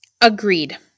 Agreed